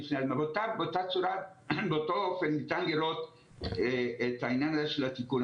באותו אופן ניתן לראות את העניין הזה של התיקון.